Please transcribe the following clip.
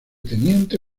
teniente